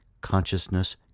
Consciousness